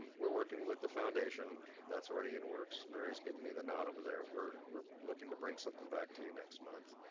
we're working with the foundation. that's already in works. mary's giving me the nod over there. we're we're looking to bring something back to you next month,